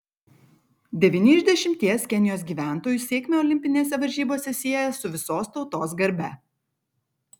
devyni iš dešimties kenijos gyventojų sėkmę olimpinėse varžybose sieja su visos tautos garbe